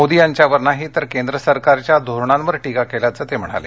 मोदीं यांच्यावर नाही तर केंद्र सरकारच्या धोरणांवर टीका केल्याचं ते म्हणाले